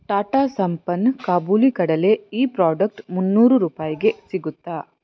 ಟಾಟಾ ಸಂಪನ್ ಕಾಬೂಲಿ ಕಡಲೆ ಈ ಪ್ರಾಡಕ್ಟ್ ಮುನ್ನೂರು ರೂಪಾಯಿಗೆ ಸಿಗುತ್ತಾ